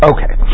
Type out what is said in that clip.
Okay